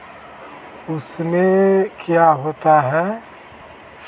उसमें क्या होता है